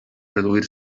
reduir